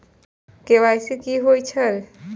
KYC कि होई छल?